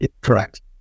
Correct